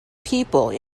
people